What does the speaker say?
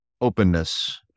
openness